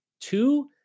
two